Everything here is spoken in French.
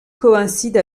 coïncide